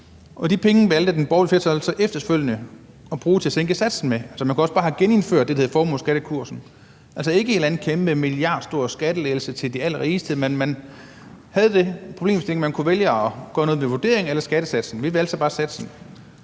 og de penge valgte det borgerlige flertal så efterfølgende at bruge til at sænke satsen med? Så man kunne også bare have genindført det, der hed formueskattekursen. Det er ikke en eller anden kæmpe milliardstor skattelettelse til de allerrigeste, men man havde den problemstilling, at man kunne vælge at gøre noget ved vurderingen eller skattesatsen. Vi valgte så bare satsen.